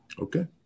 Okay